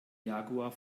jaguar